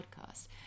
podcast